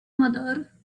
mother